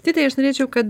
titai aš norėčiau kad